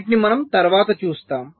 వీటిని మనం తరువాత చూస్తాం